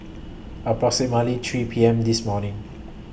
approximately three P M This morning